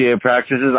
practices